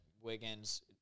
Wiggins